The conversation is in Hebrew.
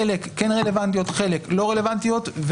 חלק רלוונטיות וחלק לא רלוונטיות,